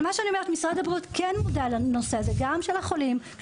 משרד הבריאות כן מודע לנושא הזה גם של החולים המטופלים.